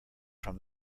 from